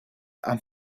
and